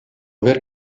aver